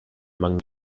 among